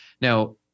Now